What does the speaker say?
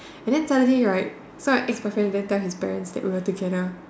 and then suddenly right so my ex boyfriend go and tell his parents that we were together